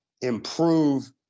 improve